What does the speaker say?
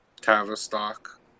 Tavistock